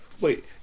Wait